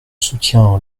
soutiens